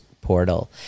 portal